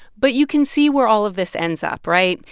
but you can see where all of this ends up, right?